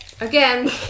Again